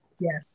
Yes